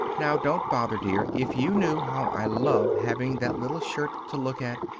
now don't bother, dear. if you knew how i love having that little shirt to look at!